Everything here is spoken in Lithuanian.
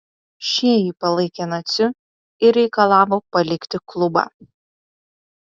šie jį palaikė naciu ir reikalavo palikti klubą